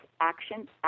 action